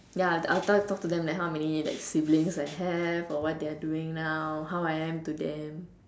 ya I'll talk to them how many like siblings I have or what they are doing now how I am to them